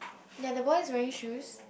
ya the boy is wearing shoes